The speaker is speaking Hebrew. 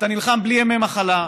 אתה נלחם בלי ימי מחלה,